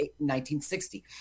1960